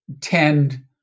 tend